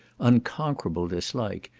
unconquerable dislike,